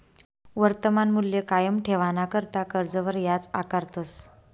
वर्तमान मूल्य कायम ठेवाणाकरता कर्जवर याज आकारतस